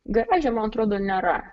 garaže man atrodo nėra